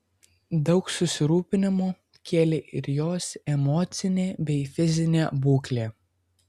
daug susirūpinimo kėlė ir jos emocinė bei fizinė būklė